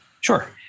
Sure